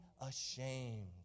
ashamed